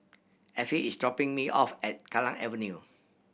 Affie is dropping me off at Kallang Avenue